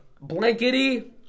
Blankety